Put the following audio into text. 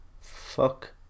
Fuck